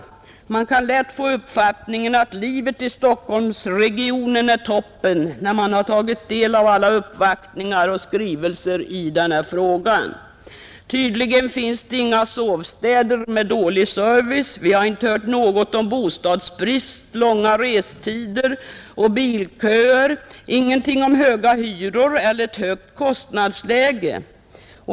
Vi kan lätt få den uppfattningen att livet i Stockholmsregionen är toppen, när vi tar del av alla uppvaktningar och skrivelser i denna fråga. Tydligen finns det inga sovstäder med dålig service, Vi har inte hört något om bostadsbrist, långa restider och bilköer, ingenting om höga hyror eller ett högt kostnadsläge.